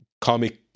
comic